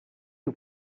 you